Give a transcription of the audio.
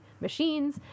machines